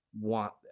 want